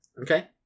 Okay